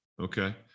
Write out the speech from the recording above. Okay